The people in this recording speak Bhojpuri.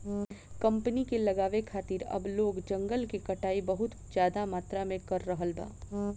कंपनी के लगावे खातिर अब लोग जंगल के कटाई बहुत ज्यादा मात्रा में कर रहल बा